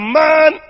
man